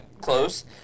close